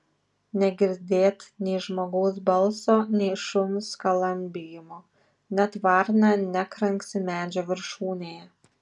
negirdėt nei žmogaus balso nei šuns skalambijimo net varna nekranksi medžio viršūnėje